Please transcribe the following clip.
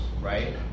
right